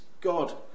God